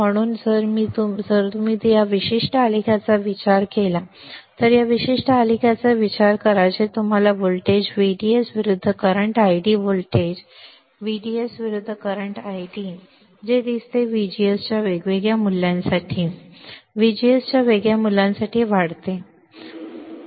म्हणून जर मी जर तुम्ही या विशिष्ट आलेखाचा विचार केला तर या विशिष्ट आलेखाचा विचार करा जे तुम्हाला व्होल्टेज VDS विरुद्ध करंट ID व्होल्टेज VDS विरुद्ध करंट ID जे दिसते ते VGS च्या वेगळ्या मूल्यासाठी VGS च्या वेगळ्या मूल्यासाठी वाढते आहे